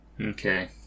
Okay